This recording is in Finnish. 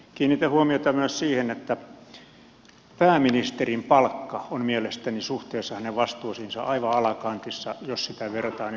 kiinnitän huomiota myös siihen että pääministerin palkka on mielestäni suhteessa hänen vastuisiinsa aivan alakantissa jos sitä verrataan esimerkiksi yritysjohtajien palkkoihin